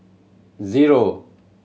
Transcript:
zero